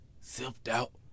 Self-doubt